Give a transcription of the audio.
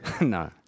no